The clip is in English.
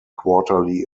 quarterly